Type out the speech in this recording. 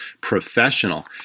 Professional